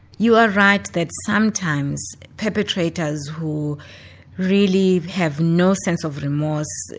you are right that sometimes perpetrators who really have no sense of remorse,